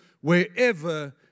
wherever